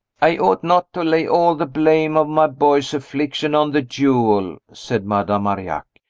i ought not to lay all the blame of my boy's affliction on the duel, said madame marillac.